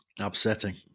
Upsetting